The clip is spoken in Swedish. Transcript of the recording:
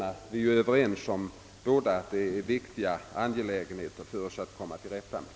Vi är båda överens om att det är viktiga angelägenheter som måste klaras.